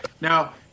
Now